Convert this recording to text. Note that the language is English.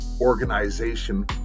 organization